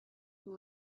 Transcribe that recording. who